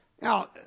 Now